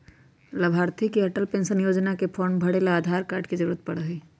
लाभार्थी के अटल पेन्शन योजना के फार्म भरे ला आधार कार्ड के जरूरत पड़ा हई